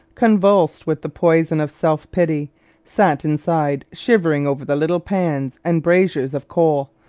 convulsed with the poison of self-pity, sat inside shivering over the little pans and braziers of coal,